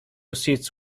seats